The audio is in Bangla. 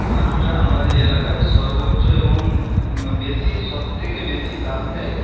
আলুটা আমাদের এলাকায় সর্বোচ্চ এবং বেশি সবথেকে বেশি লাভ দেয়